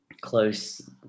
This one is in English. close